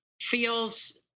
feels